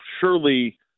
surely